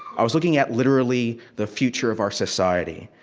i was looking at literally, the future of our society.